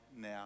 now